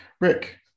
Rick